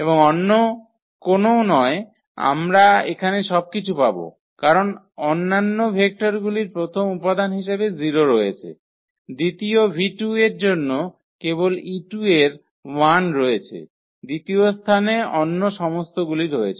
এবং অন্য কোনও নয় আমরা এখানে সবকিছু পাব কারন আন্যান্য ভেক্টরগুলির প্রথম উপাদান হিসাবে 0 রয়েছে দ্বিতীয় 𝑣2 এর জন্য কেবল 𝑒2 এর 1 রয়েছে দ্বিতীয় স্থানে অন্য সমস্তগুলি 0 রয়েছে